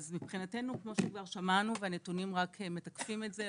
אז מבחינתנו כמו שכבר שמענו והנתונים רק מתקפים את זה,